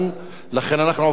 לכן אנחנו עוברים להצבעה.